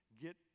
get